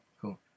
cool